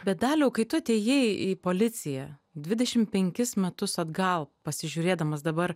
bet daliau kai tu atėjai į policiją dvidešim penkis metus atgal pasižiūrėdamas dabar